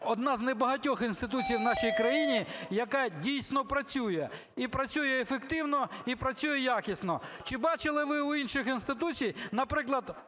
одна з небагатьох інституцій в нашій країні, яка дійсно працює і працює ефективно, і працює якісно. Чи бачили ви у інших інституцій, наприклад,